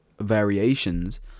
variations